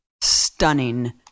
stunning